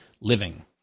living